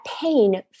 pain